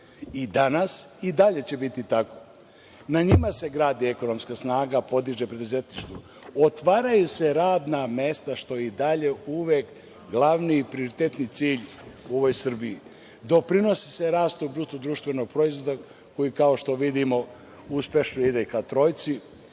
rasta, i dalje će biti tako. Na njima se gradi ekonomska snaga, podiže preduzetništvo, otvaraju se radna mesta, što je i dalje uvek glavni i prioritetni cilj u ovoj Srbiji, doprinosi se rastru BDP, koji, kao što vidimo, uspešno ide ka trojci. Dakle,